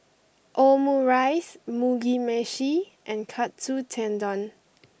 Omurice Mugi Meshi and Katsu Tendon